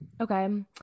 okay